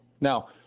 now